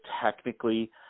technically